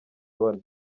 bane